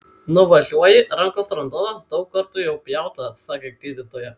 nuvažiuoji rankos randuotos daug kartų jau pjauta sakė gydytoja